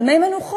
על מי מנוחות.